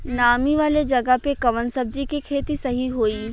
नामी वाले जगह पे कवन सब्जी के खेती सही होई?